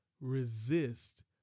resist